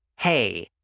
Hey